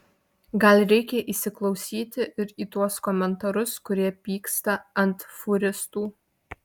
gal reikia įsiklausyti ir į tuos komentarus kurie pyksta ant fūristų